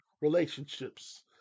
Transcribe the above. relationships